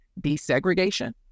desegregation